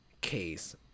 case